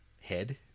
head